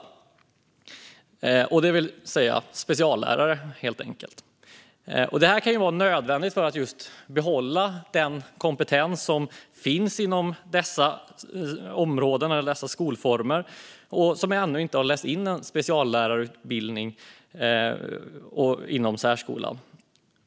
Det handlar alltså om speciallärare, helt enkelt. Detta kan vara nödvändigt för att behålla den kompetens som finns inom dessa skolformer hos lärare som ännu inte läst in en speciallärarutbildning för särskolan.